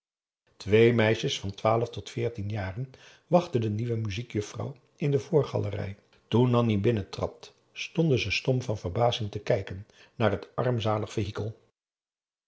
twee meisjes van twaalf tot veertien jaren wachtten de nieuwe muziekjuffrouw in de voorgalerij toen nanni binnentrad stonden ze stom van verbazing te kijken naar het armzalig vehikel